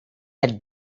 had